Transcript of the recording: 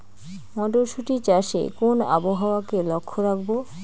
মটরশুটি চাষে কোন আবহাওয়াকে লক্ষ্য রাখবো?